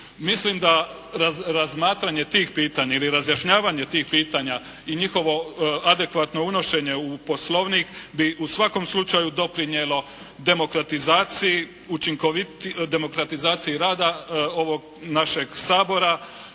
Mislim da razmatranje tih pitanja ili razjašnjavanje tih pitanja i njihovo adekvatno unošenje u Poslovnik bi u svakom slučaju doprinijelo demokratizaciji rada ovog našeg Sabora,